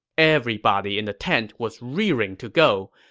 everybody in the tent was rearing to go,